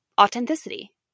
authenticity